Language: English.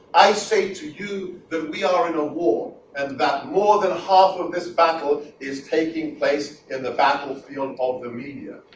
i say to you that we are in a war and that more than half of this battle is taking place in the battlefield of the media.